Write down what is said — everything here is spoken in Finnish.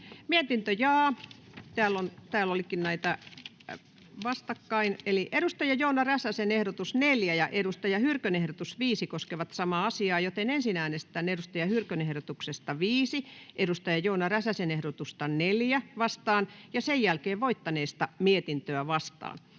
hallinnonala Time: N/A Content: Joona Räsäsen ehdotus 4 ja Hanna Sarkkisen ehdotus 5 koskevat samaa asiaa, joten ensin äänestetään Hanna Sarkkisen ehdotuksesta 5 Joona Räsäsen ehdotusta 4 vastaan ja sen jälkeen voittaneesta mietintöä vastaan.